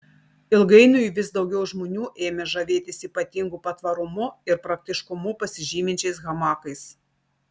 ilgainiui vis daugiau žmonių ėmė žavėtis ypatingu patvarumu ir praktiškumu pasižyminčiais hamakais